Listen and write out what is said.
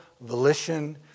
volition